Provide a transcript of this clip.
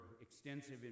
extensive